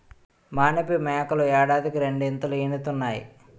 మానిపు మేకలు ఏడాదికి రెండీతలీనుతాయి